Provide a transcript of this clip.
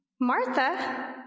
Martha